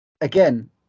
again